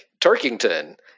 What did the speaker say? Turkington